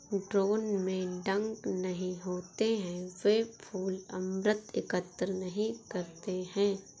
drone में डंक नहीं होते हैं, वे फूल अमृत एकत्र नहीं करते हैं